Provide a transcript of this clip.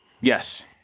Yes